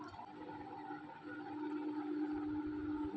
Utility చెల్లింపులు వల్ల కలిగే లాభాలు సెప్పగలరా?